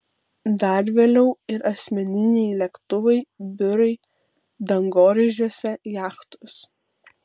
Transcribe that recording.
dar vėliau ir asmeniniai lėktuvai biurai dangoraižiuose jachtos